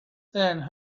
then